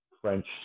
French